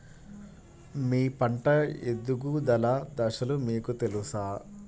మీ పంట ఎదుగుదల దశలు మీకు తెలుసా?